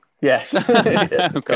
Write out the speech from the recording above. Yes